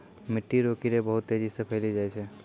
मिट्टी रो कीड़े बहुत तेजी से फैली जाय छै